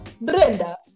Brenda